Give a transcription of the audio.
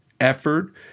effort